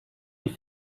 die